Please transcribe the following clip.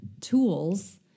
tools